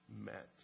met